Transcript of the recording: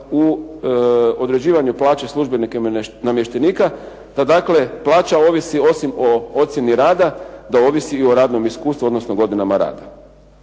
u određivanju plaće službenika i namještenika da dakle plaća ovisi osim o ocjeni rada, da ovisi i o radnom iskustvu, odnosno godinama rada.